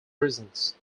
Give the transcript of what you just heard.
reasons